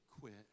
quit